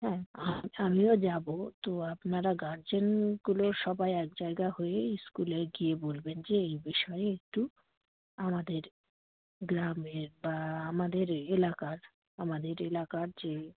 হ্যাঁ আচ্ছা আমিও যাবো তো আপনারা গার্জেনগুলো সবাই এক জায়গা হয়ে স্কুলে গিয়ে বলবেন যে এই বিষয়ে একটু আমাদের গ্রামের বা আমাদের এলাকার আমাদের এলাকার যে